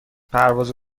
پرواز